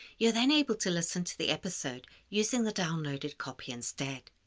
you're then able to listen to the episode using the downloaded copy instead.